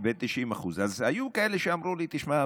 90%. אז היו כאלה שאמרו לי: תשמע,